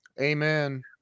Amen